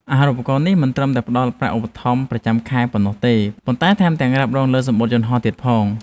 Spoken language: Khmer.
អាហារូបករណ៍នេះមិនត្រឹមតែផ្តល់ប្រាក់ឧបត្ថម្ភប្រចាំខែប៉ុណ្ណោះទេ ប៉ុន្តែថែមទាំងរ៉ាប់រងលើសំបុត្រយន្តហោះទៀតផង។